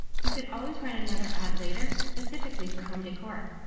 you could always run another ad later specifically for home decor.